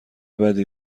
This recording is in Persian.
بدی